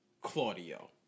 Claudio